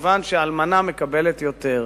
כיוון שאלמנה מקבלת יותר,